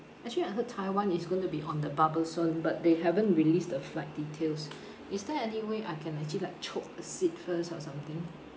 actually I heard taiwan is going to be on the bubble soon but they haven't release the flight details is there any way I can actually like chope a seat first or something